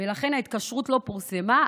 לכן ההתקשרות לא פורסמה,